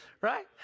right